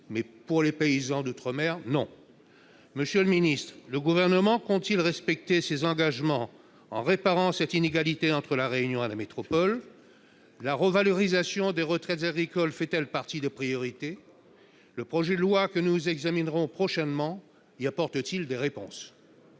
mais pour les paysans d'outre-mer, non ! Monsieur le ministre, le Gouvernement compte-t-il respecter ses engagements en réparant cette inégalité entre La Réunion et la métropole ? La revalorisation des retraites agricoles fait-elle partie des priorités ? Le projet de loi que nous examinerons prochainement apporte-t-il des réponses